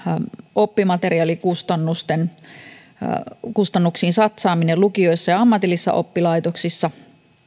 oppimateriaalikustannuksiin satsaaminen lukioissa ja ammatillisissa oppilaitoksissa